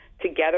together